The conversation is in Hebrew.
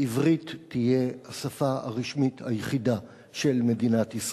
עברית תהיה השפה הרשמית היחידה של מדינת ישראל.